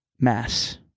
mass